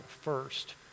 first